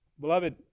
Beloved